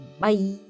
Bye